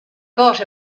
bought